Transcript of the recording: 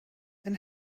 and